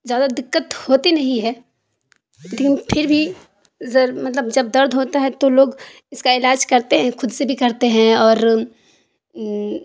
زیادہ دقت ہوتی نہیں ہے لیکن پھر بھی مطلب جب درد ہوتا ہے تو لوگ اس کا علاج کرتے ہیں خود سے بھی کرتے ہیں اور